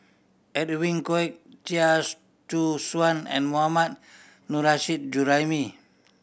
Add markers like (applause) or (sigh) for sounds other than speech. Edwin Koek Chia (unintelligible) Choo Suan and Mohammad (unintelligible) Juraimi